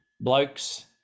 blokes